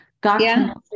got